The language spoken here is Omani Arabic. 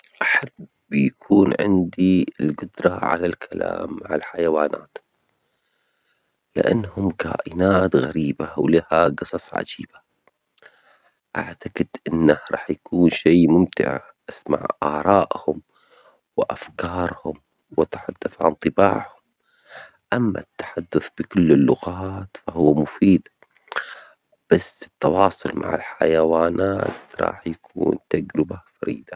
هل تفضل أن تكون لديك القدرة على الكلام مع الحيوانات أم التحدث بكل اللغات الأجنبية بالنسبة لك؟ ولماذا؟